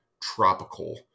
tropical